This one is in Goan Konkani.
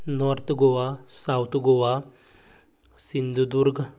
north Goa south Goa Sindhudurg